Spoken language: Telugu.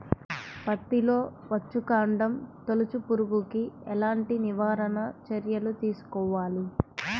పత్తిలో వచ్చుకాండం తొలుచు పురుగుకి ఎలాంటి నివారణ చర్యలు తీసుకోవాలి?